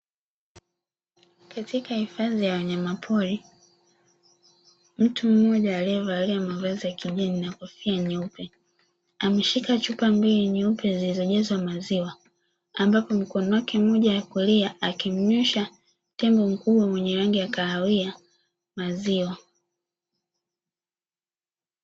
Katika hifadhi ya wanyama pori, mtu mmoja aliyevalia mavazi ya kigeni na kofia nyeupe ameshika chupa mbili nyeupe zilizojazwa maziwa ambapo mkono wake mmoja wa kulia akimnywesha tembo mkubwa mwenye rangi ya kahawia maziwa.